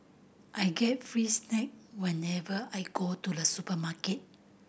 I get free snack whenever I go to the supermarket